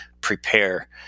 prepare